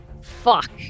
Fuck